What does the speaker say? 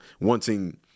wanting